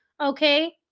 Okay